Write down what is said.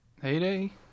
Heyday